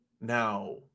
Now